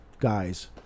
guys